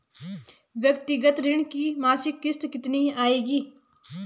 व्यक्तिगत ऋण की मासिक किश्त कितनी आएगी?